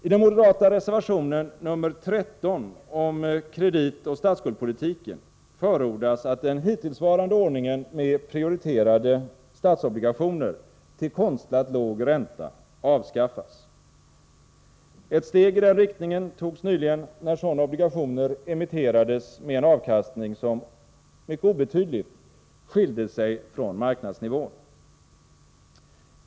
I den moderata reservationen nr 13 om kreditoch statsskuldpolitiken förordas att den hittillsvarande ordningen med prioriterade statsobligationer till konstlat låg ränta avskaffas. Ett steg i den riktningen togs nyligen, när sådana obligationer emitterades med en avkastning som mycket obetydligt skilde sig från marknadsnivån.